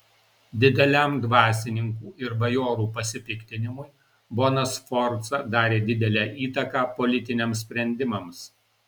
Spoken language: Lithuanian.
dideliam dvasininkų ir bajorų pasipiktinimui bona sforza darė didelę įtaką politiniams sprendimams